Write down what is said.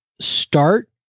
start